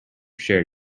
shared